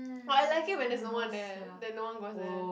orh I like it when there's no one there that no one goes there